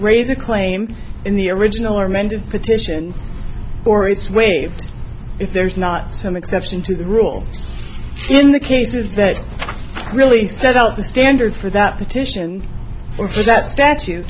raise a claim in the original or amended petition or it's waived if there is not some exception to the rule in the cases that really set out the standard for that petition or for that statu